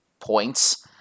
Points